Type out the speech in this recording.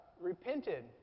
repented